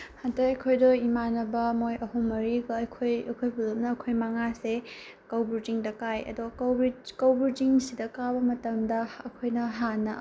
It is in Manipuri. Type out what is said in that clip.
ꯍꯟꯗꯛ ꯑꯩꯈꯣꯏꯗꯣ ꯏꯃꯥꯟꯅꯕ ꯃꯣꯏ ꯑꯍꯨꯝ ꯃꯔꯤꯒ ꯑꯩꯈꯣꯏ ꯑꯩꯈꯣꯏ ꯄꯨꯂꯞꯅ ꯑꯩꯈꯣꯏ ꯃꯉꯥꯁꯦ ꯀꯧꯕ꯭ꯔꯨ ꯆꯤꯡꯗ ꯀꯥꯏ ꯑꯗꯣ ꯀꯧꯕ꯭ꯔꯨ ꯆꯤꯡꯁꯤꯗ ꯀꯥꯕ ꯃꯇꯝꯗ ꯑꯩꯈꯣꯏꯅ ꯍꯥꯟꯅ